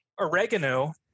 oregano